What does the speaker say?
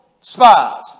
spies